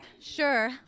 Sure